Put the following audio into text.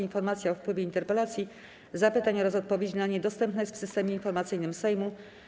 Informacja o wpływie interpelacji, zapytań oraz odpowiedzi na nie dostępna jest w Systemie Informacyjnym Sejmu.